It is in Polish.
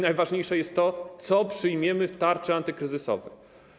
Najważniejsze jest to, co przyjmiemy w tarczy antykryzysowej.